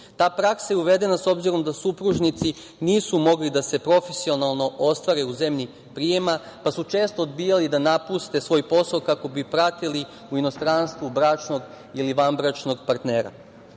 praksa je uvedena s obzirom da supružnici nisu mogli da se profesionalno ostvare u zemlji prijema, pa su često odbijali da napuste svoj posao kako bi pratili u inostranstvu bračnog ili vanbračnog partnera. Ova